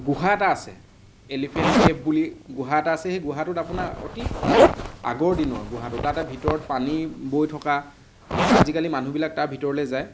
গুহা এটা আছে এলিফেণ্ট কেভ বুলি গুহা এটা আছে সেই গুহাটোত আপোনাৰ অতি আগৰ দিনৰ গুহাটো তাতে ভিতৰত পানী বৈ থকা আজিকালি মানুহবিলাক তাৰ ভিতৰলে যায়